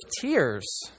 tears